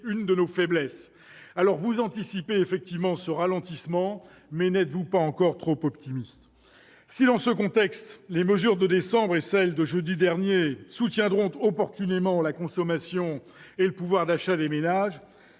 l'une de nos faiblesses. Monsieur le ministre, vous anticipez effectivement ce ralentissement, mais n'êtes-vous pas encore trop optimiste ? Si, dans ce contexte, les mesures de décembre et celles de jeudi dernier soutiendront opportunément la consommation et le pouvoir d'achat des ménages,